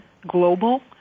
global